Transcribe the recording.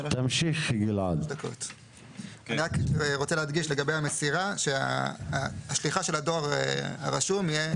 אני רוצה להדגיש לגבי המסירה שהשליחה של הדואר הרשום תהיה